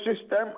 system